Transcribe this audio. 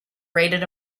rated